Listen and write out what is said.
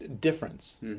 difference